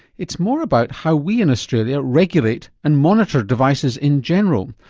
it's more about how we in australia regulate and monitor devices in general,